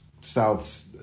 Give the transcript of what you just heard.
South's